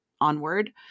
onward